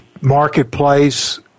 marketplace